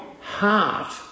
heart